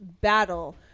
battle